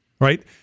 Right